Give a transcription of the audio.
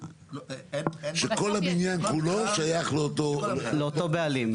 שכל הבניין כולו שייך לאותם בעלים.